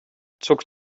zog